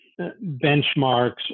benchmarks